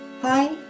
Hi